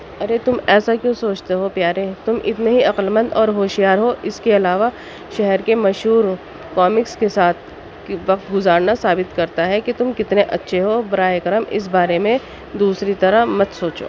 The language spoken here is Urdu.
ارے تم ایسا کیوں سوچتے ہو پیارے تم اتنے ہی عقل مند اور ہوشیار ہو اس کے علاوہ شہر کے مشہور کامکس کے ساتھ کی وقت گزارنا ثابت کرتا ہے کہ تم کتنے اَچّھے ہو براہِ کرم اس بارے میں دوسری طرح مت سوچو